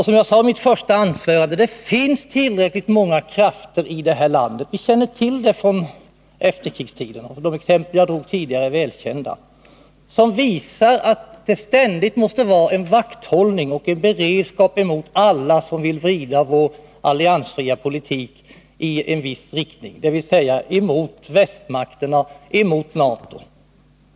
Som jag sade i mitt förra anförande finns det tillräckligt många krafter i det här landet — vi känner till det från efterkrigstiden, och de exempel som jag drog är välkända — som visar att det ständigt måste vara en vakthållning och en beredskap mot alla som vill vrida vår alliansfria politik i en viss riktning, dvs. mot västmakterna och mot NATO.